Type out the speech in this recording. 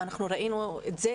אנחנו ראינו את זה,